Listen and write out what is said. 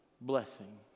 blessing